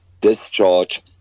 discharge